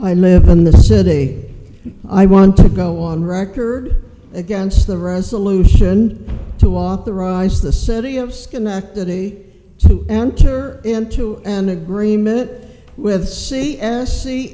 i live in the set a i want to go on record against the resolution to authorize the city of schenectady to enter into an agreement with c